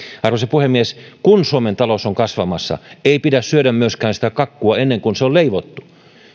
arvoisa puhemies kun suomen talous on kasvamassa ei pidä syödä sitä kakkua ennen kuin se on leivottu